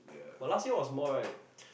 but last year was more right